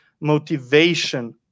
motivation